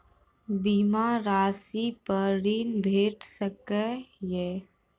बीमा रासि पर ॠण भेट सकै ये?